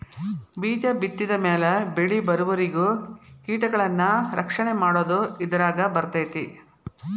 ಬೇಜ ಬಿತ್ತಿದ ಮ್ಯಾಲ ಬೆಳಿಬರುವರಿಗೂ ಕೇಟಗಳನ್ನಾ ರಕ್ಷಣೆ ಮಾಡುದು ಇದರಾಗ ಬರ್ತೈತಿ